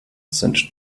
sind